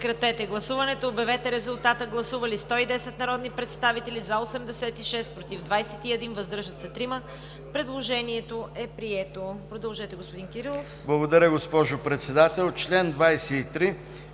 Продължете, господин Кирилов.